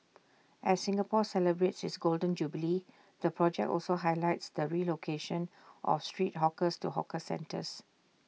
as Singapore celebrates its Golden Jubilee the project also highlights the relocation of street hawkers to hawker centres